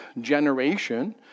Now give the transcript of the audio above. generation